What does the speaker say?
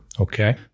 okay